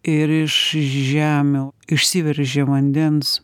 ir iš žemių išsiveržė vandens